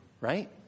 right